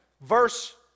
Verse